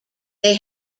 they